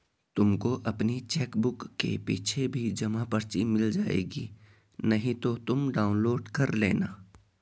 तुमको अपनी चेकबुक के पीछे भी जमा पर्ची मिल जाएगी नहीं तो तुम डाउनलोड कर लेना